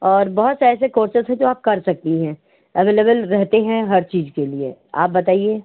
और बहुत से ऐसे कोर्सेस हैं जो आप कर सकती हैं अवेलेबल रहते हैं हर चीज के लिए आप बताइए